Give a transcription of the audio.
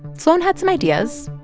sloan had some ideas.